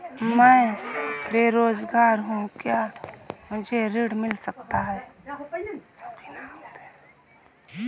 मैं बेरोजगार हूँ क्या मुझे ऋण मिल सकता है?